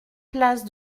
place